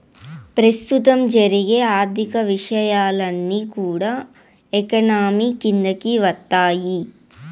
ప్రస్తుతం జరిగే ఆర్థిక విషయాలన్నీ కూడా ఎకానమీ కిందికి వత్తాయి